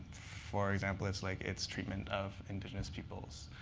for example, its like its treatment of indigenous peoples.